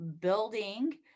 building